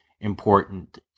important